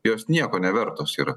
jos nieko nevertos yra